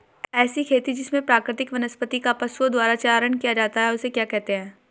ऐसी खेती जिसमें प्राकृतिक वनस्पति का पशुओं द्वारा चारण किया जाता है उसे क्या कहते हैं?